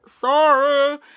Sorry